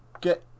Get